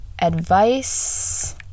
advice